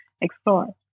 explore